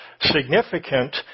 significant